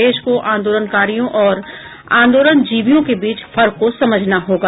देश को आंदोलनकारियों और आंदोलनजीवियों के बीच फर्क को समझना होगा